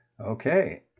Okay